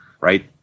right